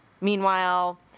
meanwhile